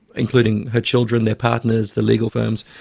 including her children, their partners, the legal firms,